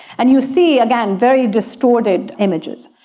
and you see, again, very distorted images.